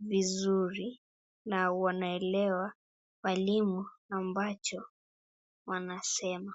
vizuri na wanaelewa walimu ambacho wanasema.